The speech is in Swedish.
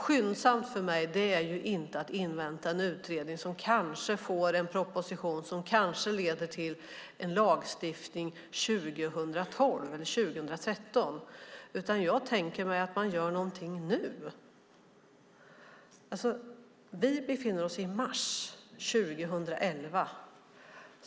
Skyndsamt är för mig inte att invänta en utredning som kanske får en proposition som kanske leder till en lagstiftning 2012 eller 2013, utan jag tänker mig att man gör någonting nu. Vi befinner oss i mars 2011.